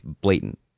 blatant